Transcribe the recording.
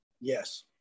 Yes